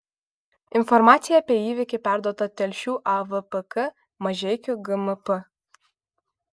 informacija apie įvykį perduota telšių avpk mažeikių gmp